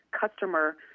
customer